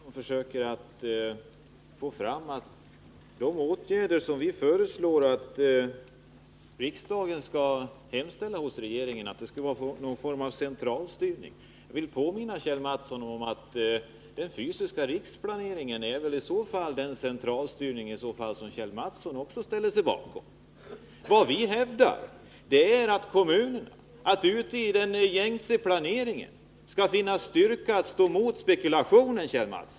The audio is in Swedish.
Herr talman! Kjell Mattsson försöker få fram att de åtgärder vi föreslår att riksdagen skall hemställa hos regeringen om skulle vara någon form av centralstyrning. Jag vill påminna Kjell Mattsson om att den fysiska riksplaneringen i så fall är den centralstyrning som även Kjell Mattsson ställer sig bakom. Vad vi hävdar är att kommunerna i den gängse planeringen skall finna styrka att stå emot spekulationen.